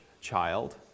child